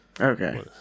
okay